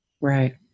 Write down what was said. Right